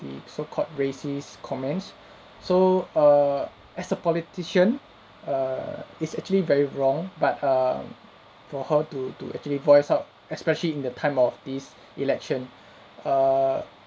the so-called racist comments so err as a politician err is actually very wrong but um for her to to actually voice out especially in the time of this election err